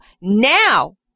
Now